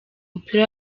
mupira